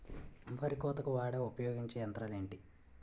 వరి కోతకు వాడే ఉపయోగించే యంత్రాలు ఏంటి?